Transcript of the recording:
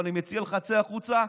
ואני מציע לך, צא החוצה,